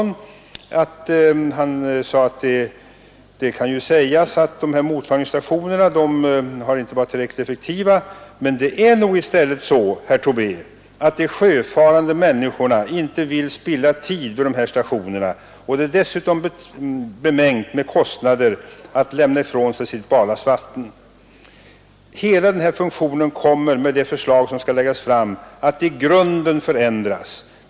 Han sade: ”Det kanske inte är riktigt att säga att de mottagningsstationer som funnits inte varit tillräckligt effektiva. Det är nog i stället så, herr Tobé, att de sjöfarande människorna inte vill spilla tid vid de här stationerna, och det är dessutom bemängt med kostnader att lämna ifrån sig sitt barlastvatten. Hela den här funktionen kommer med det förslag som skall läggas fram att i grunden förändras.